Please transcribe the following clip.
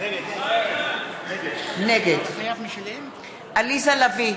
נגד עליזה לביא,